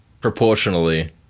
proportionally